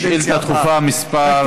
לקדנציה הבאה,